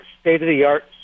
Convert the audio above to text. state-of-the-art